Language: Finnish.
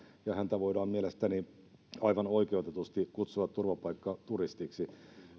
ja häntä voidaan mielestäni aivan oikeutetusti kutsua turvapaikkaturistiksi